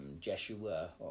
Jeshua